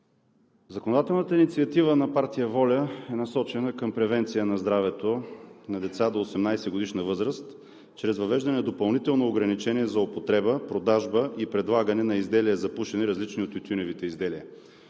Законодателната инициатива на партия „ВОЛЯ – Българските Родолюбци“ е насочена към превенция на здравето на деца до 18-годишна възраст чрез въвеждане на допълнително ограничение за употреба, продажба и предлагане на изделия за пушене, различни от тютюневите изделия.